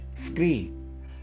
screen